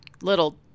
little